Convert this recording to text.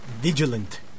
Vigilant